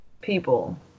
people